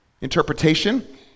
interpretation